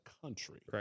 country